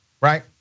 right